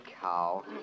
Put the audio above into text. cow